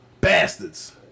Bastards